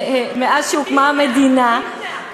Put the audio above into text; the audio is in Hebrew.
מאז הוקמה המדינה, תמנע, תמנע.